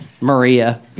Maria